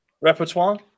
Repertoire